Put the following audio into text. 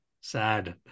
sad